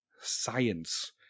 science